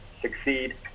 succeed